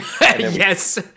Yes